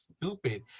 stupid